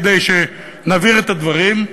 כדי שנבהיר את הדברים,